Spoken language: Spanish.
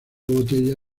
botella